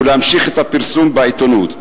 ולהמשיך את הפרסום בעיתונות,